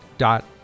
dot